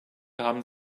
haben